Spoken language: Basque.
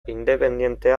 independentea